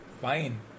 fine